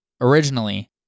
Originally